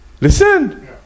Listen